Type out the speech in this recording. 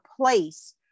place